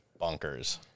bonkers